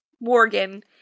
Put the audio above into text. Morgan